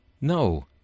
No